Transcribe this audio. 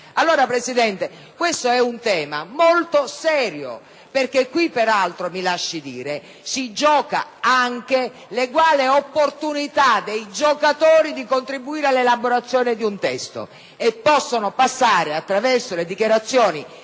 Presidente, questo è un tema molto serio, perché qui peraltro - me lo lasci dire - si gioca anche l'eguale opportunità dei giocatori di contribuire all'elaborazione di un testo, e possono passare, attraverso le dichiarazioni